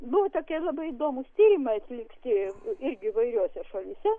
buvo tokia labai įdomūs tyrimai atlikti irgi įvairiose šalyse